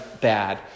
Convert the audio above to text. bad